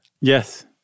Yes